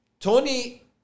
Tony